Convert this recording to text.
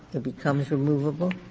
it becomes removable?